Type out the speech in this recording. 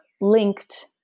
linked